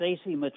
Stacey